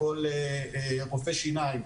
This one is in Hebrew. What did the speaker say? לכל רופא שיניים.